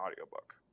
audiobook